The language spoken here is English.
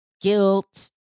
Guilt